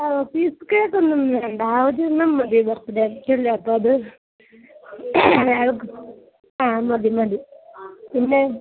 ഓ piece cake ഒന്നും വേണ്ട ആ ഒരെണ്ണം മതി ബർത്ത്ഡേക്കല്ലേ അപ്പോൾ അത് ആ മതി മതി പിന്നെ